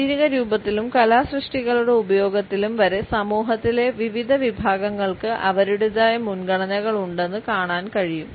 ശാരീരിക രൂപത്തിലും കലാസൃഷ്ടികളുടെ ഉപയോഗത്തിലും വരെ സമൂഹത്തിലെ വിവിധ വിഭാഗങ്ങൾക്ക് അവരുടേതായ മുൻഗണനകളുണ്ടെന്ന് കാണാൻ കഴിയും